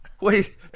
Wait